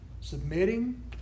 submitting